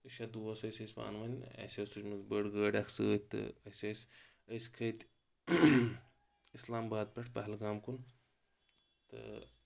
شیٚے دوس ٲسۍ أسۍ پانہٕ ؤنی اسہِ ٲسۍ تُجمٕژ بٔڑ گٲڑۍ اکھ سۭتۍ تہٕ أسۍ ٲسۍ أسۍ کھٔتۍ اسلام آباد پٮ۪ٹھ پہلگام کُن تہٕ